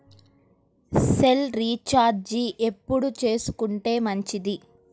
Cell recharge ఎప్పుడు చేసుకొంటే మంచిది?